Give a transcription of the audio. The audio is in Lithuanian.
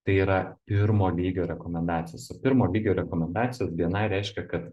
tai yra pirmo lygio rekomendacijos o pirmo lygio rekomendacijos bni reiškia kad